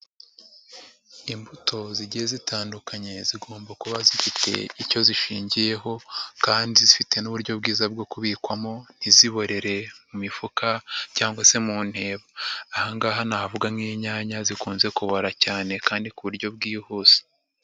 Imbuto zigiye zitandukanye zigomba kuba zifite icyo zishingiyeho kandi zifite n'uburyo bwiza bwo kubikwamo ntiziborere mu mifuka cyangwa se mu ntebo. Aha ngaha navuga nk'inyanya zikunze kubora cyane kandi ku buryo bwihuse.